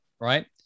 right